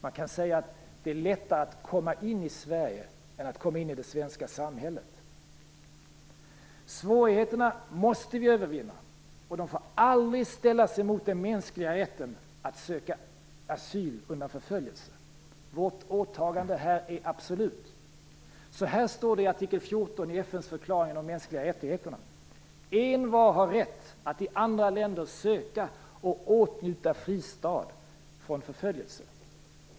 Man kan säga att det är lättare att komma in i Sverige än att komma in i det svenska samhället. Svårigheterna måste vi övervinna. De får aldrig ställas mot den mänskliga rätten att söka asyl undan förföljelse. Vårt åtagande här är absolut. Så här står det i artikel 14 i FN:s förklaring om de mänskliga rättigheterna: "Envar har rätt att i andra länder söka och åtnjuta fristad från förföljelse."